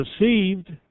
received